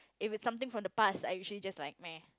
if it's something from the past I usually just like meh